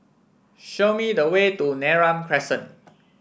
show me the way to Neram Crescent